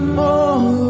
more